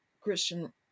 Christian